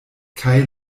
kaj